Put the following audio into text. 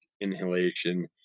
inhalation